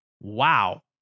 Wow